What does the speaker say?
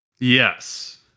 Yes